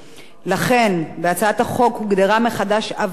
לכן, בהצעת החוק הוגדרה מחדש "הוועדה",